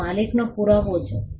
તે માલિકીનો પુરાવો છે